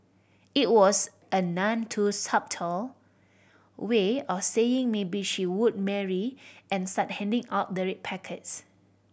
it was a none too subtle way of saying maybe she would marry and start handing out the red packets